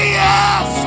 yes